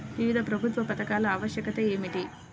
వివిధ ప్రభుత్వ పథకాల ఆవశ్యకత ఏమిటీ?